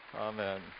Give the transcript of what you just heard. Amen